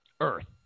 Earth